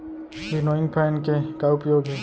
Winnowing fan के का उपयोग हे?